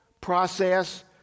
process